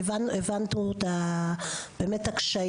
הבנו את הקשיים.